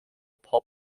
pop